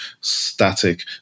static